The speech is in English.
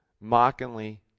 mockingly